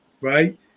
right